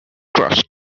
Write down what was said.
trust